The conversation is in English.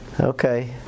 Okay